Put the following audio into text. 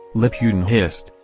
liputin hissed,